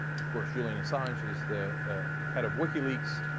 of course, julian assange is the head of wikileaks.